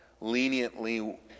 leniently